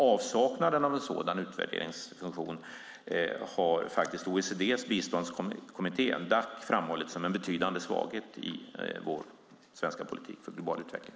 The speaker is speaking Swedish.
Avsaknaden av en sådan utvärderingsfunktion har faktiskt OECD:s biståndskommitté DAC framhållit som en betydande svaghet i vår svenska politik för global utveckling.